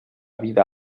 vida